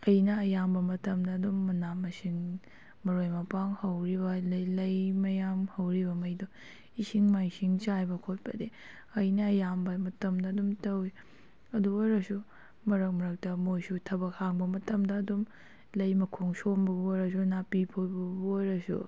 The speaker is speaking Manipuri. ꯑꯩꯅ ꯑꯌꯥꯝꯕ ꯃꯇꯝꯗ ꯑꯗꯨꯝ ꯃꯅꯥ ꯃꯁꯤꯡ ꯃꯔꯣꯏ ꯃꯄꯥꯡ ꯍꯧꯔꯤꯕ ꯑꯗꯩ ꯂꯩ ꯃꯌꯥꯝ ꯍꯧꯔꯤꯕ ꯈꯩꯗꯣ ꯏꯁꯤꯡ ꯃꯥꯏꯁꯤꯡ ꯆꯥꯏꯕ ꯈꯣꯠꯄꯗꯤ ꯑꯩꯅ ꯑꯌꯥꯝꯕ ꯃꯇꯝꯗ ꯑꯗꯨꯝ ꯇꯧꯋꯤ ꯑꯗꯨ ꯑꯣꯏꯔꯁꯨ ꯃꯔꯛ ꯃꯔꯛꯇ ꯃꯣꯏꯁꯨ ꯊꯕꯛ ꯍꯥꯡꯕ ꯃꯇꯝꯗ ꯑꯗꯨꯝ ꯂꯩ ꯃꯈꯣꯡ ꯁꯣꯝꯕꯕꯨ ꯑꯣꯏꯔꯁꯨ ꯅꯥꯄꯤ ꯐꯣꯏꯕꯕꯨ ꯑꯣꯏꯔꯁꯨ